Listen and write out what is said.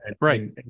right